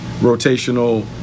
rotational